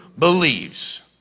believes